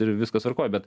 ir viskas tvarkoj bet